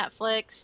Netflix